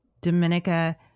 Dominica